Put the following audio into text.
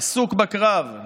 עסוק בקרב,